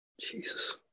Jesus